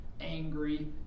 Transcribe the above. angry